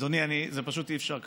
אדוני, פשוט אי-אפשר ככה.